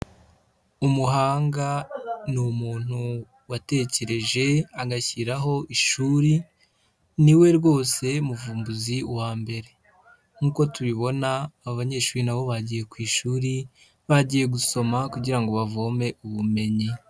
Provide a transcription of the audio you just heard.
Umuhanga ni umuntu watekereje agashyiraho ishuri, ni we rwose muvumbuzi wa mbere nkuko tubibona abanyeshuri na bo bagiye ku ishuri, bagiye gusoma kugirango bavome ubumenyi.